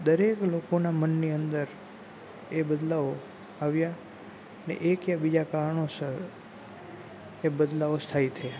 દરેક લોકોના મનની અંદર એ બદલાવો આવ્યાં એક યા બીજા કારણોસર એ બદલાવો સ્થાયી થયાં